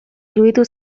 iruditu